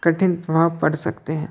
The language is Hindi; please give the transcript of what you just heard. कठिन प्रभाव पड़ सकते हैं